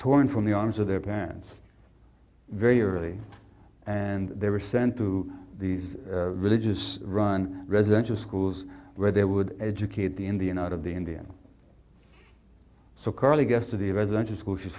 torn from the arms of their parents very early and they were sent to these religious run residential schools where they would educate the in the and out of the india so carly gets to the residential school she's